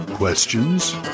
Questions